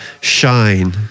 shine